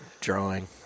drawing-